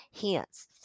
Hence